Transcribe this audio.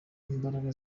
imbaraga